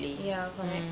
yeah correct